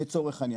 לצורך העניין,